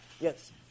Yes